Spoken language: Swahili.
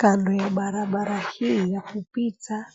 Kando ya barabara hii ya kupita